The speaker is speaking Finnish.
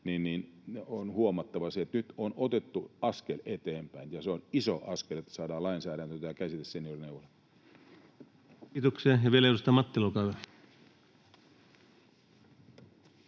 on huomattava se, että nyt on otettu askel eteenpäin, ja se on iso askel, että saadaan lainsäädäntöön tämä käsite ”seniorineuvola”. Kiitoksia. — Ja vielä edustaja Mattila, olkaa